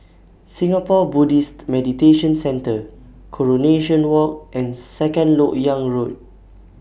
Singapore Buddhist Meditation Centre Coronation Walk and Second Lok Yang Road